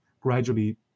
gradually